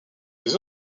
des